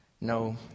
No